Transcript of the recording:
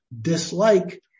dislike